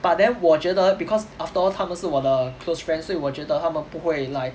but then 我觉得 because after all 他们是我的 close friends 所以我觉得他们不会 like